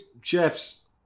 Chef's